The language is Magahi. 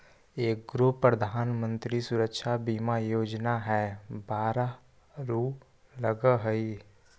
एगो प्रधानमंत्री सुरक्षा बीमा योजना है बारह रु लगहई?